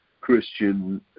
Christian